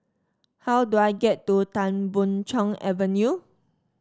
how do I get to Tan Boon Chong Avenue